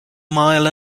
mile